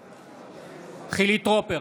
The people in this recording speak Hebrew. בעד חילי טרופר,